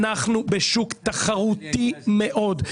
אנחנו בשוק תחרותי מאוד,